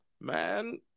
man